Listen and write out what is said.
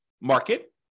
market